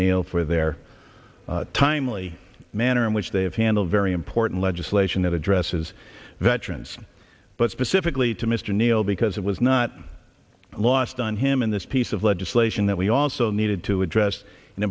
neal for their timely manner in which they have handled very important legislation that addresses veterans but specifically to mr neal because it was not lost on him in this piece of legislation that we also needed to address an